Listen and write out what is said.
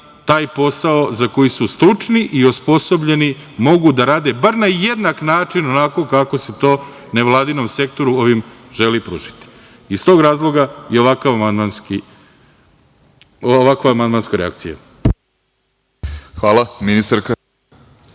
taj posao za koji su stručni i osposobljeni mogu da rade bar na jednak način onako kako se to nevladinom sektoru ovim želi pružiti. Iz tog razloga i ovakva amandmanska reakcija. **Vladimir